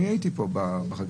אני הייתי פה בחקיקה.